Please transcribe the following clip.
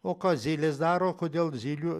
o ką zylės daro kodėl zylių